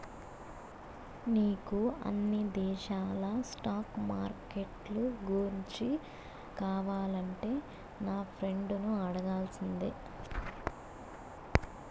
నీకు అన్ని దేశాల స్టాక్ మార్కెట్లు గూర్చి కావాలంటే నా ఫ్రెండును అడగాల్సిందే